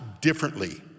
differently